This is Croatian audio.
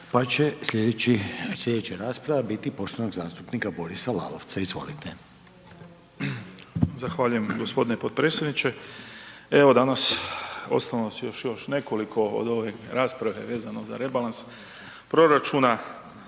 pa će sljedeća rasprava biti poštovanog zastupnika Borisa Lalovca, izvolite. **Lalovac, Boris (SDP)** Zahvaljujem g. potpredsjedniče. Evo danas ostalo nas je još nekoliko od ove rasprave vezano za rebalans proračuna.